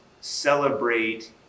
celebrate